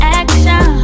action